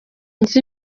nzi